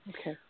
Okay